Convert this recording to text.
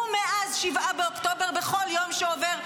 ומאז 7 באוקטובר בכל יום שעובר,